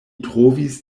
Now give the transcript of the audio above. trovis